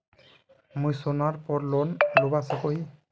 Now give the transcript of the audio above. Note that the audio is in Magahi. मुई सोनार पोर लोन लुबा सकोहो ही?